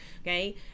okay